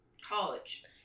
college